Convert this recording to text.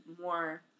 more